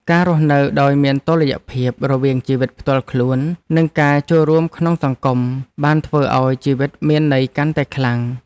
ការរស់នៅដោយមានតុល្យភាពរវាងជីវិតផ្ទាល់ខ្លួន និងការចូលរួមក្នុងសង្គម បានធ្វើឱ្យជីវិតមានន័យកាន់តែខ្លាំង។